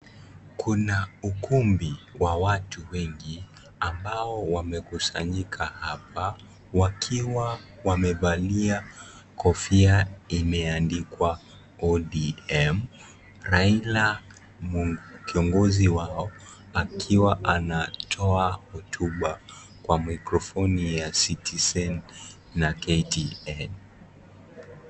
Kuna ukumbi wa watu wengi, ambao wamekusanyika hapa. Wakiwa wamevalia kofia imeandikwa, ODM.Raila, kiongozi wao, akiwa anatoa hotuba kwa microphone ya citizen na KTN .